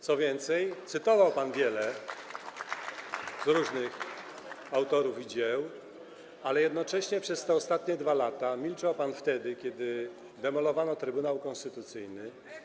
Co więcej, cytował pan wielu różnych autorów, wiele dzieł, ale jednocześnie przez te ostatnie 2 lata milczał pan wtedy, kiedy demolowano Trybunał Konstytucyjny.